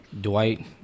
Dwight